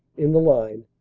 in the line,